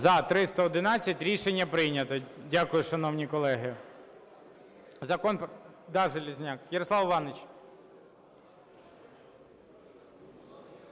За-311 Рішення прийнято. Дякую, шановні колеги.